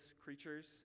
creatures